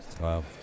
Wow